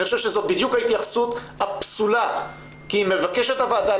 אני חושבת שזאת בדיוק ההתייחסות הפסולה כי הוועדה